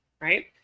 right